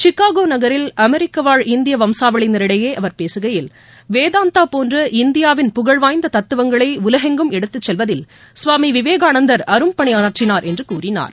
Chicago நகரில் அமெரிக்காவாழ் இந்திய வசம்சாவளியினரிடையே அவர் பேசுகையில் வேதாந்தா போன்ற இந்தியாவின் புகழ்வாய்ந்த தத்ததுவங்களை உலகெங்கும் எடுத்துச் செல்வதில் சுவாமி விவேகானந்தர் அரும்பாணியாற்றினார் என்று கூறினார்